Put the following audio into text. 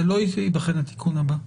זה לא ידחה לתיקון הבא,